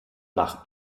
nach